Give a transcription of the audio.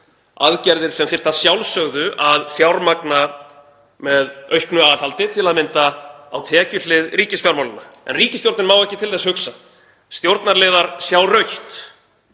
aðgerðir sem þyrfti að sjálfsögðu að fjármagna með auknu aðhaldi, til að mynda á tekjuhlið ríkisfjármálanna. En ríkisstjórnin má ekki til þess hugsa. Stjórnarliðar sjá rautt,